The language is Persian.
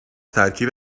ترکیب